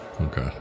Okay